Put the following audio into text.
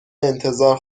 انتظار